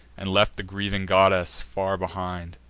and left the grieving goddess far behind.